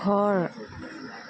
ঘৰ